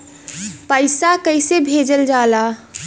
पैसा कैसे भेजल जाला?